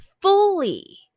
fully